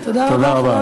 תודה רבה.